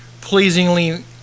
pleasingly